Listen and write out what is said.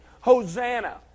Hosanna